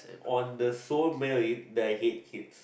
on the sole married that I hate kids